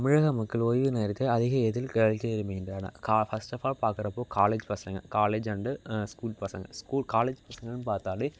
தமிழக மக்கள் ஓய்வு நேரத்தை அதிகம் எதில் கழிக்க விரும்புகின்றனர் கா ஃபஸ்ட் ஆஃப் ஆல் பார்க்குறப்போ காலேஜ் பசங்கள் காலேஜ் அண்டு ஸ்கூல் பசங்கள் ஸ்கூல் காலேஜ் பசங்களென்னு பார்த்தாலே